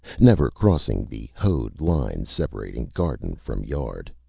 never crossing the hoed line separating garden from yard.